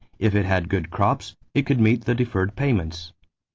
if it had good crops, it could meet the deferred payments.